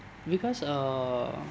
because uh